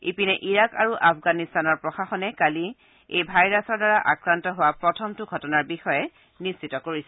ইপিনে ইৰাক আৰু আফগানিস্তানৰ প্ৰশাসনে কালি এই ভাইৰাছৰ দ্বাৰা আক্ৰান্ত হোৱা প্ৰথমজন লোকৰ বিষয়ে নিশ্চিত হৈছে